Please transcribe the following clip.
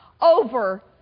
over